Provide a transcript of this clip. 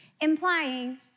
implying